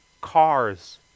cars